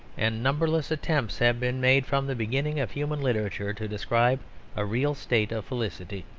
and numberless attempts have been made from the beginning of human literature to describe a real state of felicity.